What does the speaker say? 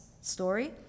story